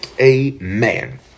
amen